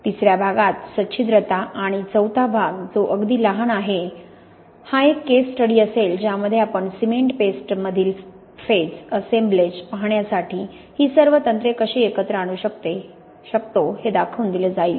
तिसर्या भागात सच्छिद्रता आणि चौथा भाग जो अगदी लहान आहे हा एक केस स्टडी असेल ज्यामध्ये आपण सिमेंट पेस्टमधील फेज असेंबलेज पाहण्यासाठी ही सर्व तंत्रे कशी एकत्र आणू शकतो हे दाखवून दिले जाईल